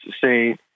say